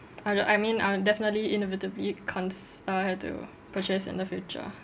I don't I mean I'll definitely inevitably cons~ uh have to purchase in the future